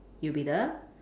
you be the